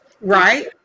Right